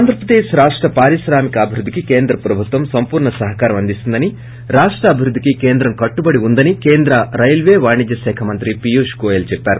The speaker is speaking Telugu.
ఆంధ్రప్రదేశ్ రాష్ట పారిశ్రామికాభివృద్ధికి కేంద్ర ప్రభుత్వం సంపూర్ణ సహకారం అందిస్తుందని రాష్ట అభివృద్దికి కేంద్రం కట్టుబడి ఉందని కేంద్ర రైల్వే వాణిజ్య శాఖ మంత్రి పీయూష్ గోయల్ చెప్పారు